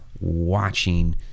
watching